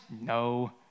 no